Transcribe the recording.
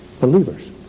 believers